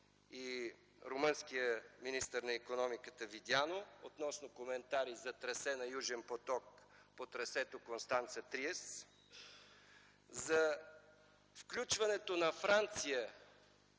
и румънският министър на икономиката Видяну относно коментари за трасе на „Южен поток” по трасето Констанца Триест, за включването на Франция